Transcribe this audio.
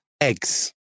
Eggs